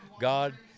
God